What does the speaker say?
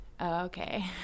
okay